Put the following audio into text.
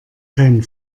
kein